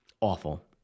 Awful